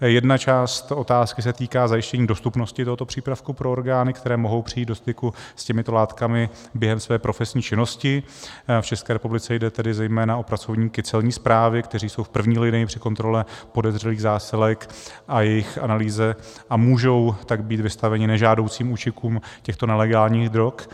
Jedna část otázky se týká zajištění dostupnosti tohoto přípravku pro orgány, které mohou přijít do styku s těmito látkami během své profesní činnosti, v České republice jde tedy zejména o pracovníky Celní správy, kteří jsou v první linii při kontrole podezřelých zásilek a jejich analýze, a můžou tak být vystaveni nežádoucím účinkům těchto nelegálních drog.